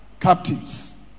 captives